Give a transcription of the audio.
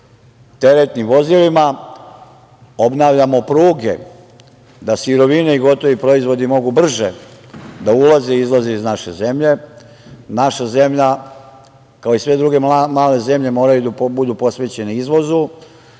teretnim vozilima, obnavljamo pruge da sirovine i gotovi proizvodi mogu brže da ulaze i izlaze iz naše zemlje. Naša zemlja, kao i sve druge male zemlje, mora da bude posvećena izvozu,